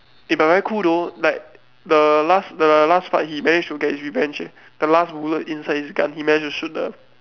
eh but very cool though like the last the last part he managed to get his revenge eh the last bullet inside his gun he managed to shoot the